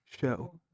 show